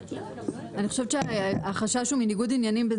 אני חושבת שהחשש הוא מניגוד עניינים בין